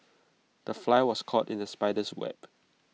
the fly was caught in the spider's web